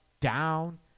down